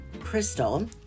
crystal